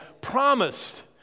promised